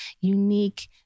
unique